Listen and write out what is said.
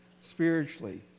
spiritually